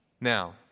Now